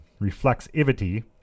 reflexivity